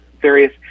various